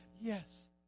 Yes